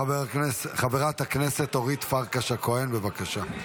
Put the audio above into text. חברת הכנסת אורית פרקש הכהן, בבקשה.